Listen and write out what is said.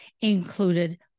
included